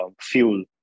fuel